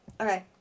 Okay